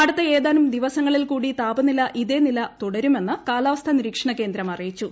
അടുത്ത ഏതാനും ദിപ്പ്സ്ങ്ങളിൽ കൂടി താപനില ഇതേ നില തുടരുമെന്ന് കാലാവസ്ഥാ നിരീക്ഷണകേന്ദ്രം അറിയിച്ചു